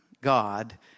God